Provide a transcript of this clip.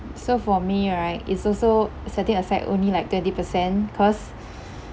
so for me right it's also setting aside only like twenty percent cause